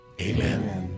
Amen